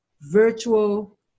virtual